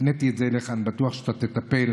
הפניתי את זה אליך, אני בטוח שאתה תטפל.